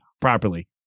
properly